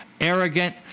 arrogant